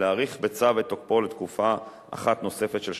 להאריך בצו את תוקפו לתקופה אחת נוספת של שנתיים.